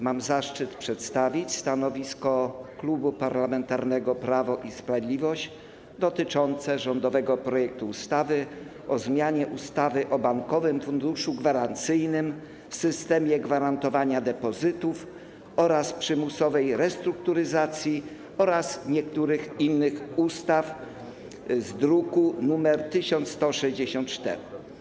Mam zaszczyt przedstawić stanowisko Klubu Parlamentarnego Prawo i Sprawiedliwość dotyczące rządowego projektu ustawy o zmianie ustawy o Bankowym Funduszu Gwarancyjnym, systemie gwarantowania depozytów oraz przymusowej restrukturyzacji oraz niektórych innych ustaw, druk nr 1164.